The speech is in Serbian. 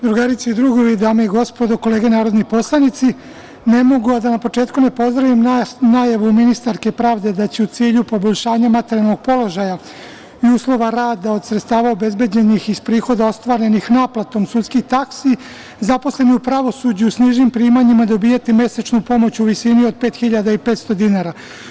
Drugarice i drugovi, dame i gospodo, kolege narodni poslanici ne mogu, a da na početku ne pozdravim najavu ministarke pravde da će u cilju poboljšanja materijalnog položaja i uslova rada od sredstava obezbeđenih iz prihoda i ostvarenih naplatom sudskih taksi, zaposleni u pravosuđu s nižim primanjima dobijati mesečnu pomoć u visini od 5.500 dinara.